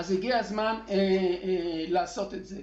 אז הגיע הזמן לעשות את זה.